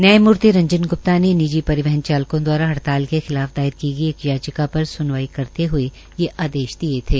न्यायमूर्ति रंजन गुप्ता ने निजी परिवहन चालकों दवारा हड़ताल के खिलाफ दायर की गई एक याचिका पर सुनवाई करते हुए यह आदेश दिये थे